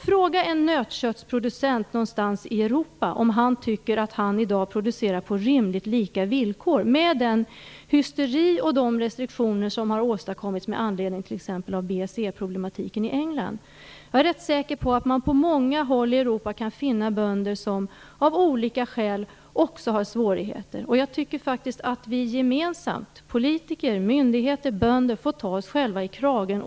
Fråga en nötköttsproducent någonstans i Europa om han tycker att han i dag producerar på rimligt lika villkor, med den hysteri och de restriktioner som åstadkommits med anledning av t.ex. BSE problematiken i England. Jag är rätt säker på att man på många håll i Europa kan finna bönder som av olika skäl har svårigheter. Jag tycker faktiskt att vi gemensamt - politiker, myndigheter, bönder - får ta oss själva i kragen.